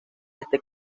este